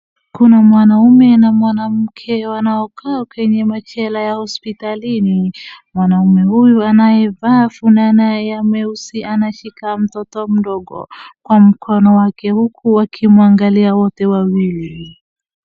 Kuna mwanaume na mwanamke wanaokaa kwenye machela ya hospitalini. Mwanaume huyu anayevaa fulana ya meusi anashika mtoto mdogo kwa mkono wake huku wakimwangalia wote wawili.